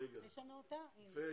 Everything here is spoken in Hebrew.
מזה אנחנו מוטרדים.